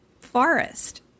forest